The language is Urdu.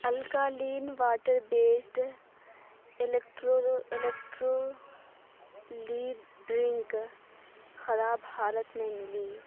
alkaline water based electrolyte drink خراب حالت میں ملی